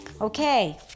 Okay